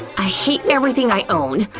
i hate everything i own,